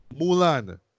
Mulan